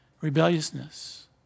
Rebelliousness